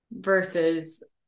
versus